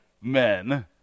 men